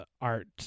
art